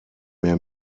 mehr